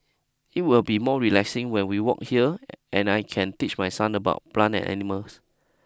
it will be more relaxing when we walk here and I can teach my son about plants and animals